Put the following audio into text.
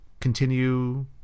continue